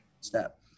step